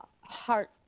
heart